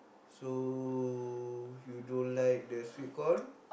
so you don't like the sweet corn